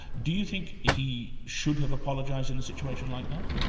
do you think he should have apologised in a situation like that?